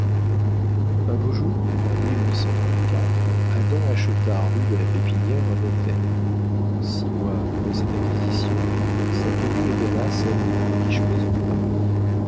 un beau jour en adam acheta rue de la pépinière un hôtel six mois après cette acquisition sa tenue égala celle des plus riches maisons de paris